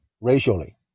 racially